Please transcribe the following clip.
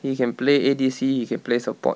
he can play A_D_C he can play support